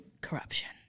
corruption